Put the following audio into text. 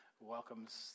welcomes